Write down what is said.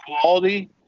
quality